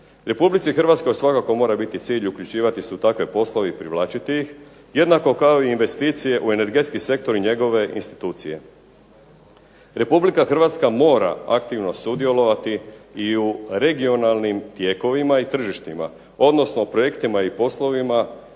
Republici Hrvatskoj svakako mora biti cilj uključivati se u takve poslove i privlačiti ih, jednako kao i investicije u energetski sektor i njegove institucije. Republika Hrvatska mora aktivno sudjelovati i u regionalnim tijekovima i tržištima, odnosno projektima i poslovima